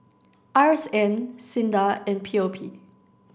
R S N SINDA and P O P